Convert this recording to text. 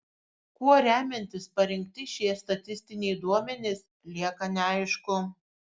kuo remiantis parinkti šie statistiniai duomenys lieka neaišku